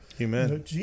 Amen